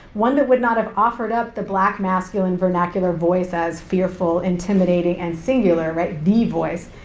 one that would not have offered up the black masculine vernacular voice as fearful, intimidating, and singular, right, the voice,